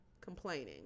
complaining